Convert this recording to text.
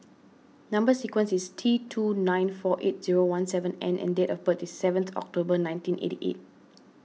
Number Sequence is T two nine four eight zero one seven N and date of birth is seventh October nineteen eighty eight